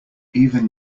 even